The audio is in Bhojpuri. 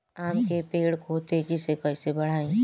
आम के पेड़ को तेजी से कईसे बढ़ाई?